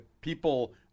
people